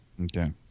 Okay